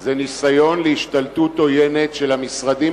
זה ניסיון להשתלטות עוינת של המשרדים